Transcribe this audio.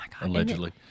Allegedly